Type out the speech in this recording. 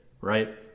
right